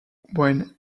when